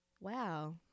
Wow